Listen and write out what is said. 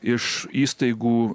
iš įstaigų